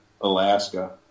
Alaska